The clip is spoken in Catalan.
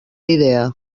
idea